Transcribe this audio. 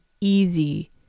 easy